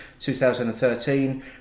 2013